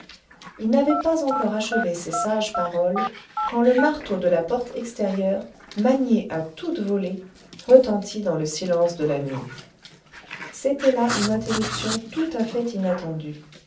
il n'avait pas encore achevé ces sages paroles quand le marteau de la porte extérieure manié à toute volée retentit dans le silence de la nuit c'était là une interruption tout à fait inattendue